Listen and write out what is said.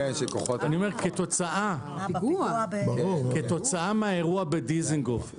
כתוצאה מהאירוע בדיזינגוף,